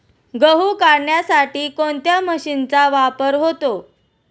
गहू काढण्यासाठी कोणत्या मशीनचा वापर होतो?